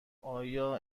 آیا